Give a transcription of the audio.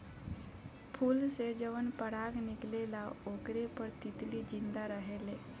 फूल से जवन पराग निकलेला ओकरे पर तितली जिंदा रहेले